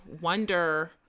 wonder